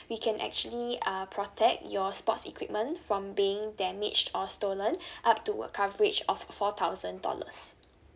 we can actually uh protect your sports equipment from being damaged or stolen up to a coverage of four thousand dollars